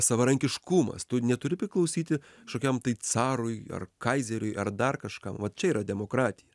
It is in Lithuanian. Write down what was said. savarankiškumas tu neturi priklausyti kažkokiam tai carui ar kaizeriui ar dar kažkam vat čia yra demokratija